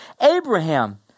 Abraham